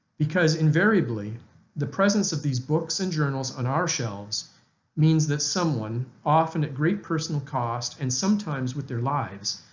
because invariably the presence of these books and journals on our shelves means that someone, often at great personal cost and sometimes with their lives,